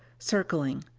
circling,